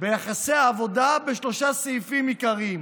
יחסי העבודה בשלושה סעיפים עיקריים: